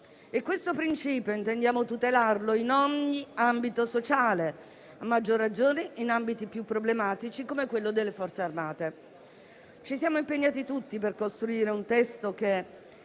questo principio in ogni ambito sociale, a maggior ragione in ambiti più problematici, come quello delle Forze armate. Ci siamo impegnati tutti per costruire un testo che,